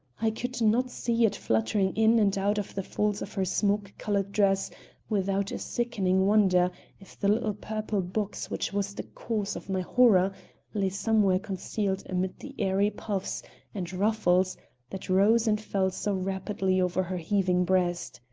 i could not see it fluttering in and out of the folds of her smoke-colored dress without a sickening wonder if the little purple box which was the cause of my horror lay somewhere concealed amid the airy puffs and ruffles that rose and fell so rapidly over her heaving breast.